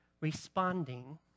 responding